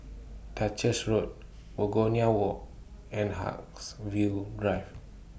Duchess Road Begonia Walk and Haigsville Drive